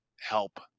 help